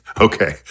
Okay